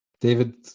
David